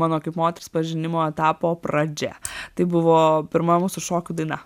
mano kaip moters pažinimo etapo pradžia tai buvo pirma mūsų šokių daina